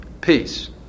peace